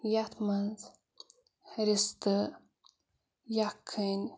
یَتھ منٛز رِستہٕ یَکھٕنۍ